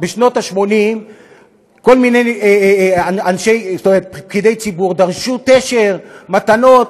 בשנות ה-80 כל מיני פקידי ציבור דרשו תשר, מתנות,